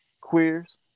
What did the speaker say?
queers